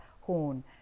Horn